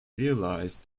realized